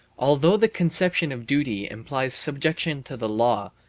although the conception of duty implies subjection to the law,